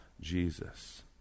Jesus